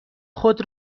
خود